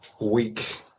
week